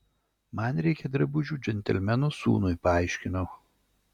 man reikia drabužių džentelmeno sūnui paaiškinau